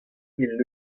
mil